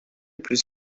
plus